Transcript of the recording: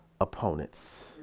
opponents